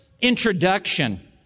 introduction